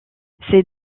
c’est